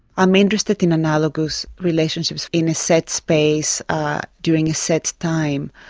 i'm interested in analogous relationships in a set space during a set time.